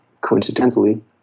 coincidentally